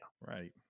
Right